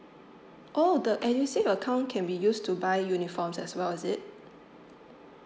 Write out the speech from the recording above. oh the edusave account can be used to buy uniforms as well is it